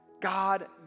God